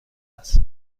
است